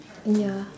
ya